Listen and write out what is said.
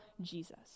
Jesus